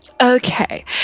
Okay